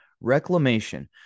Reclamation